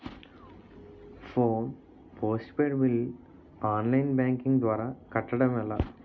Phone postpaid bill online banking ద్వారా కట్టడం ఎలా?